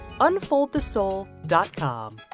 unfoldthesoul.com